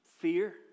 Fear